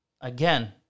again